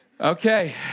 Okay